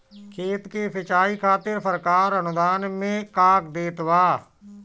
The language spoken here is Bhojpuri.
खेत के सिचाई खातिर सरकार अनुदान में का देत बा?